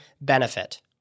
benefit –